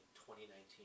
2019